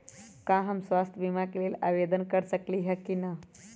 का हम स्वास्थ्य बीमा के लेल आवेदन कर सकली ह की न?